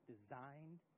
designed